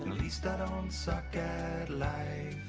least i don't suck at life